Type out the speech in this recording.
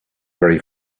very